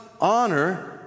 honor